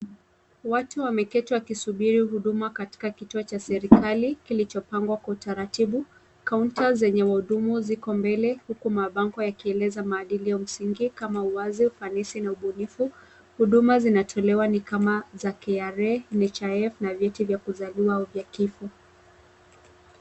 Watu wameketi wakisubiri huduma katika kituo cha serikali kilichopangwa kwa utaratibu. Kaunta zenye wahudumu ziko mbele huku mabango yakieleza maadili ya msingi kama uwazi, ufanisi, na ubunifu. Huduma zinatolewa ni kama za KRA, NHIF, na vyeti vya kuzaliwa au vya kifo.